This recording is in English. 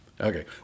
Okay